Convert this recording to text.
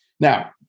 Now